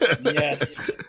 Yes